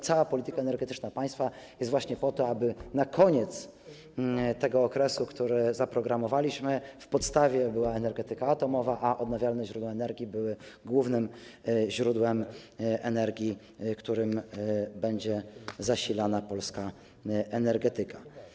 Cała polityka energetyczna państwa jest właśnie po to, aby na koniec tego okresu, który zaprogramowaliśmy, w podstawie była energetyka atomowa, a odnawialne źródła energii były głównym źródłem energii, którym będzie zasilana polska energetyka.